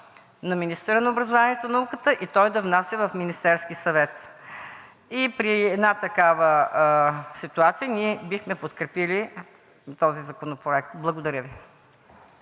на министъра на образованието и науката и той да внася в Министерския съвет. При една такава ситуация ние бихме подкрепили този законопроект. Благодаря.